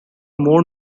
more